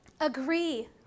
agree